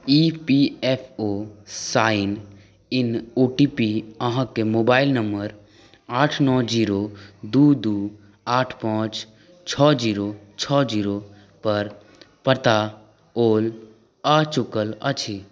E P F O sign in O T P अहाँके mobile number आठ नओ zero दुइ दुइ आठ पाँच छओ जीरो छओ जीरोपर पठाओल आ चुकल अछि